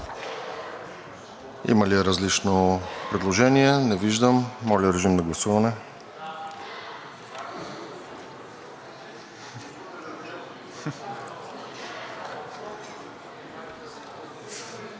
Има ли различно предложение? Не виждам. Моля, режим на гласуване.